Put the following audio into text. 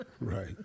Right